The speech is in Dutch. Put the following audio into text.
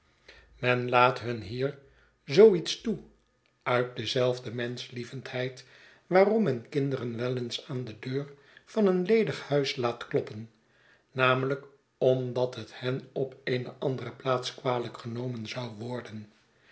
men laat hun hier zoo iets toe uit dezelfde menschlievendheid waarom men kinderen wel eens aan de deur van een ledig huis laat kloppen namelijk omdat het hen op eene andere plaats kwalijk genomen zou worden